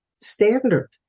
standard